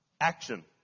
action